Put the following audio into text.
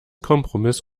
kompromiss